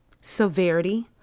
severity